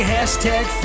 Hashtag